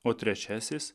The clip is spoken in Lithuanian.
o trečiasis